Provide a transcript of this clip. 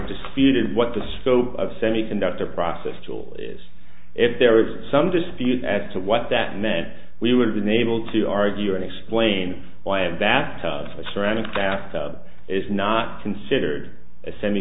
disputed what the scope of semiconductor process tool is if there was some dispute as to what that meant we would've been able to argue and explain why a batch of ceramic bath tub is not considered a semi